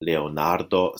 leonardo